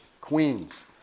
queens